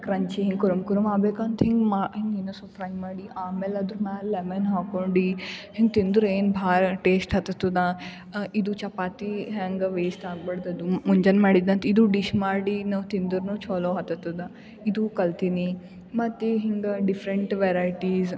crunchy ಹಿಂಗೆ ಕುರುಮ್ ಕುರುಮ್ ಆಗ್ಬೇಕು ಅಂತ ಹಿಂಗೆ ಮಾ ಹಿಂಗೆ ಇನ್ನು ಸ್ವಲ್ಪ್ ಫ್ರೈ ಮಾಡಿ ಆಮೇಲೆ ಅದ್ರ ಮ್ಯಾಲೆ ಲೆಮನ್ ಹಾಕೊಂಡು ಹಿಂಗೆ ತಿಂದ್ರು ಏನು ಬಾಳ ಟೇಸ್ಟ್ ಹತ್ತುತದ ಇದು ಚಪಾತಿ ಹೆಂಗೆ ವೇಸ್ಟ್ ಆಗ್ಬಾಡ್ದದು ಮುಂಜಾನೆ ಮಾಡಿದಂಥ ಇದು ಡಿಶ್ ಮಾಡಿ ತಿಂದ್ರು ಚಲೋ ಹತತದ ಇದು ಕಲ್ತಿನಿ ಮತ್ತು ಹಿಂಗೆ ಡಿಫರೆಂಟ್ ವೆರೈಟೀಸ್